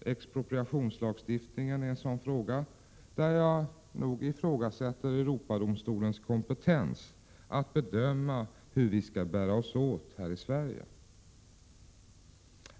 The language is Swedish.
Expropriationslagstiftningen är en sådan fråga där jag ifrågasätter Europadomstolens kompetens att bedöma hur vi skall bära oss åt här i Sverige.